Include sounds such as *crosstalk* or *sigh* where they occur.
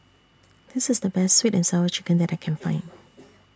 This IS The Best Sweet and Sour Chicken that I Can Find *noise*